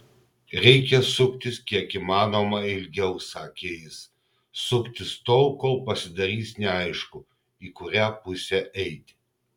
reikia suktis kiek įmanoma ilgiau sakė jis suktis tol kol pasidarys neaišku į kurią pusę eiti